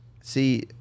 see